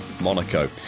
Monaco